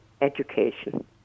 education